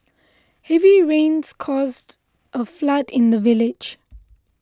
heavy rains caused a flood in the village